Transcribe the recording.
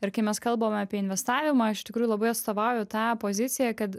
ir kai mes kalbam apie investavimą aš iš tikrųjų labai atstovauju tą poziciją kad